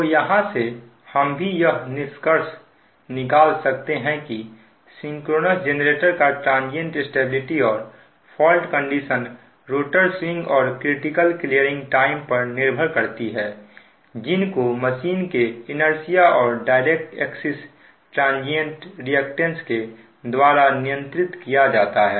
तो यहां से हम भी यह निष्कर्ष निकाल सकते हैं कि सिंक्रोनस जेनरेटर का ट्रांजियंट स्टेबिलिटी और फॉल्ट कंडीशन रोटर स्विंग और क्रिटिकल क्लीयरिंग टाइम पर निर्भर करती है जिनको मशीन के इंर्शिया और डायरेक्ट एक्सिस ट्रांजियंट रिएक्टेंस के द्वारा नियंत्रित किया जाता है